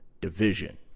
Division